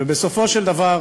ובסופו של דבר,